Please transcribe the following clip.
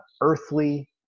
earthly